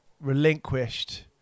relinquished